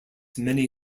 many